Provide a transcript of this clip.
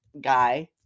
guy